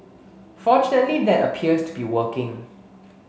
fortunately that appears to be working